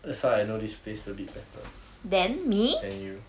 that's why I know this place a bit better than you